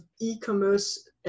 e-commerce